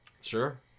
sure